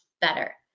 better